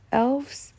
elves